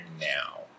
now